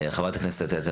חברת הכנסת טטיאנה